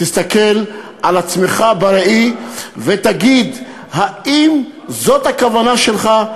תסתכל על עצמך בראי ותגיד: האם זאת הכוונה שלך?